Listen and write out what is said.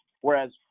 Whereas